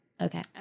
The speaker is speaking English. Okay